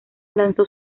lanzó